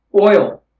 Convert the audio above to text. Oil